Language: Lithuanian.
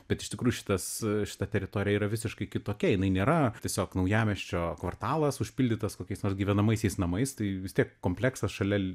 bet iš tikrųjų šitas šita teritorija yra visiškai kitokia jinai nėra tiesiog naujamiesčio kvartalas užpildytas kokiais nors gyvenamaisiais namais tai vis tiek kompleksas šalia